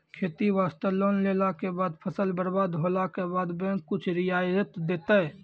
खेती वास्ते लोन लेला के बाद फसल बर्बाद होला के बाद बैंक कुछ रियायत देतै?